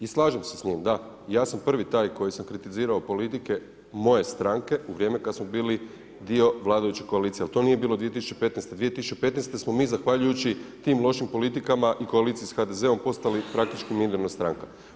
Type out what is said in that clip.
I slažem se s njim da, ja sam prvi taj koji sam kritizirao politike moje stranke u vrijeme kada smo bili dio vladajuće koalicije, ali to nije bilo 2015. 2015. smo mi zahvaljujući tim lošim politikama i koaliciji s HDZ-om postali praktički … stranka.